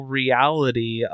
reality